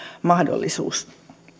mahdollisuus